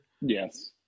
Yes